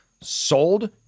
sold